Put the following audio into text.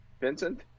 Vincent